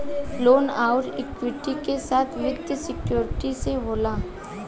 loan अउर equity के साथ वित्तीय सिक्योरिटी से होला